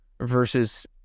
versus